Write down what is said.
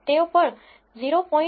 તેઓ પણ 0